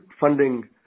funding